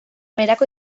berako